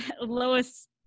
Lois